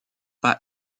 pas